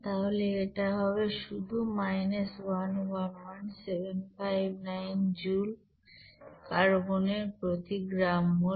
তাহলে এটা হবে শুধু 111759 জুল কার্বনের প্রতি গ্রাম মোল